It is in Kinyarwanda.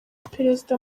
perezida